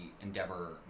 Endeavor